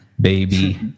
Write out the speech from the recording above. baby